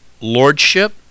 lordship